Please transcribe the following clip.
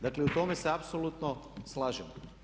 Dakle, u tome se apsolutno slažemo.